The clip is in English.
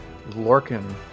Lorkin